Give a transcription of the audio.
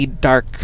dark